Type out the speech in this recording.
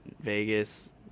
Vegas